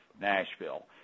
Nashville